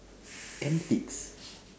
antics